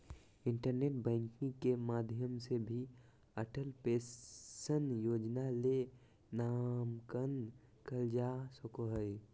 internet banking के माध्यम से भी अटल पेंशन योजना ले नामंकन करल का सको हय